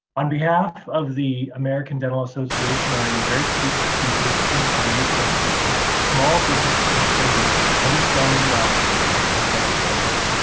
on behalf of the american dental association, i am very pleased to bring bring you today's presentation, small business administration loans understanding the options for dentist owners.